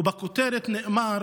ובכותרת נאמר